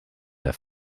der